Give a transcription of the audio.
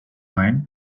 men